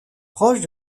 proche